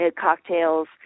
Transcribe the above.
cocktails